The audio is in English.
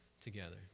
together